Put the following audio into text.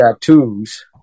tattoos